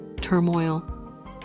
turmoil